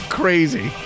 crazy